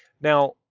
Now